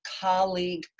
colleague